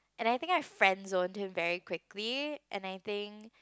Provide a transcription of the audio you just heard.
and I think I friend zoned him very quickly and I think